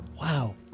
Wow